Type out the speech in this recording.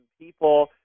people